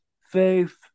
faith